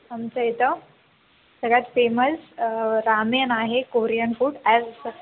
आमच्या इथं सगळ्यात फेमस रामेण आहे कोरियन फूड ॲज स